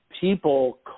people